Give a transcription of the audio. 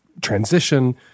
transition